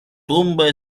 tumba